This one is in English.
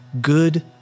good